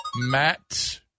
Matt